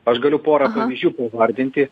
aš galiu porą pavyzdžių pavardinti